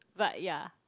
but ya